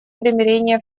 примирения